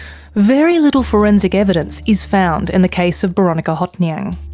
very little forensic evidence is found in the case of boronika hothnyang.